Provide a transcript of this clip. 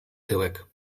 tyłek